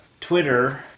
Twitter